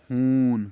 ہوٗن